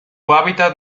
hábitat